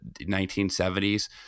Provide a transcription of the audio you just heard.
1970s